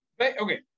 Okay